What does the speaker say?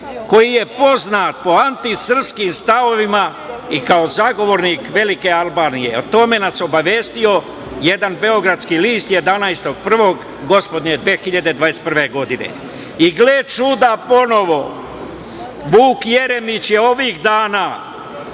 koji je po antisrpskim stavovima i kao zagovornik velike Albanije. O tome nas je obavestio jedan beogradski list 11. januara gospodnje 2021. godine. Gle čuda ponovo, Vuk Jeremić je ovih dana